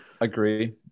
agree